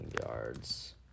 yards